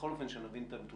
בכל אופן שנבין את הנתונים,